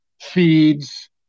feeds